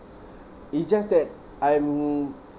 it's just that I'm